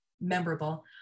memorable